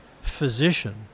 physician